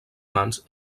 mans